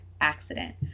accident